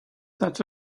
that